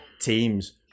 teams